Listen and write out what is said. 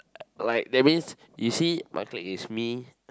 uh like that means you see my clique is me